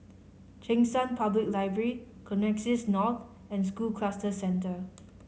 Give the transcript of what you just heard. Cheng San Public Library Connexis North and School Cluster Centre